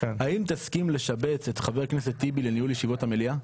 האם תסכים לשבץ את חבר הכנסת טיבי לניהול ישיבות המליאה?